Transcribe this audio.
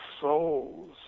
souls